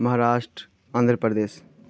Maharashtra Andhra Pradesh